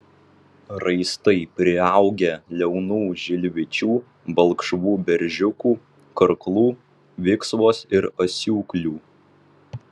raistai priaugę liaunų žilvičių balkšvų beržiukų karklų viksvos ir asiūklių